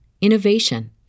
innovation